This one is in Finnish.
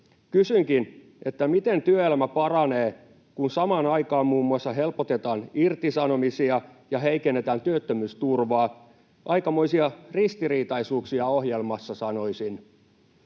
Kysynkin, miten työelämä paranee, kun samaan aikaan muun muassa helpotetaan irtisanomisia ja heikennetään työttömyysturvaa. Aikamoisia ristiriitaisuuksia ohjelmassa, sanoisin.